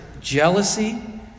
jealousy